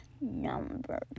Number